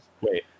Wait